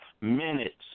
minutes